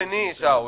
שאול,